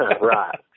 Right